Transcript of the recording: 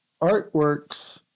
artworks